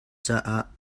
caah